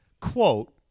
Quote